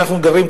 שאנחנו גרים,